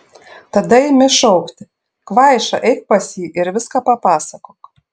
tada imi šaukti kvaiša eik pas jį ir viską papasakok